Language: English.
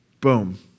Boom